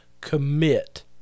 commit